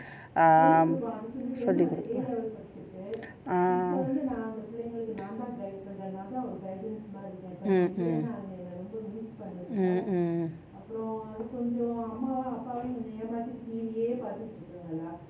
um ah mm mm mm mm